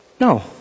No